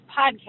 podcast